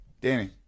Danny